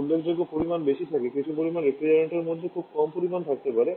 উল্লেখযোগ্য পরিমাণ বেশি থাকে কিছু নির্দিষ্ট রেফ্রিজারেন্টের মধ্যে খুব কম পরিমাণ থাকতে পারে